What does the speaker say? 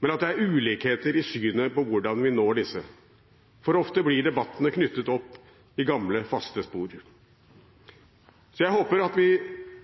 men at det er ulikheter i synet på hvordan vi når disse. For ofte blir debattene knyttet opp til gamle, faste spor. Jeg håper at vi